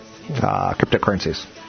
cryptocurrencies